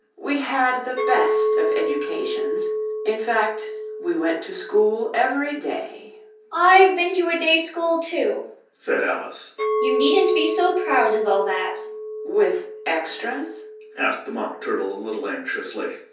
we had the best of educations in fact, we went to school every day i've been to a day-school, too said alice you needn't be so proud as all that with extras asked the mock turtle a little anxiously.